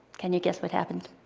can you guess what happened?